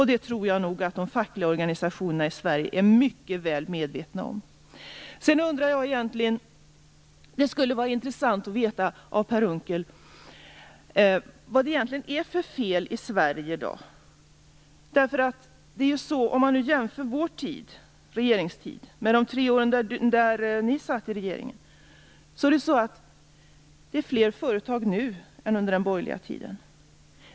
Det tror jag nog att de fackliga organisationerna i Sverige är mycket väl medvetna om. Det skulle vara intressant att få höra av Per Unckel vad han anser att det egentligen är för fel i Sverige i dag. Om man jämför vår regeringstid med de tre år då ni satt i regeringen finner man att det finns fler företag nu än under den borgerliga tiden.